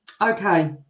Okay